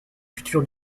futur